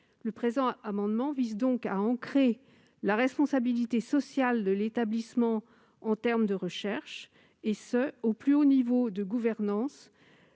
Le présent amendement vise donc à ancrer la responsabilité sociale de l'établissement en termes de recherche, et ce au plus haut niveau de gouvernance.